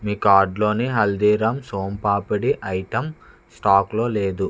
మీ కార్టులోని హల్దీరామ్స్ సోన్ పాపడి ఐటెం స్టాకులో లేదు